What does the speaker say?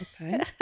Okay